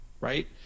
right